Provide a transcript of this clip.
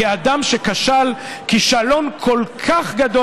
כאדם שכשל כישלון כל כך גדול,